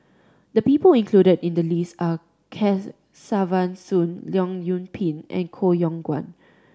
the people included in the list are Kesavan Soon Leong Yoon Pin and Koh Yong Guan